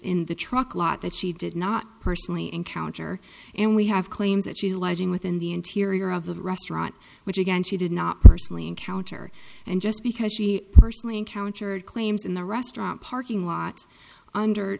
the truck lot that she did not personally encounter and we have claims that she's alleging within the interior of the restaurant which again she did not personally encounter and just because she personally encountered claims in the restaurant parking lot under